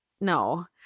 No